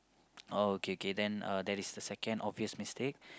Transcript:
oh okay K then uh that is the second obvious mistake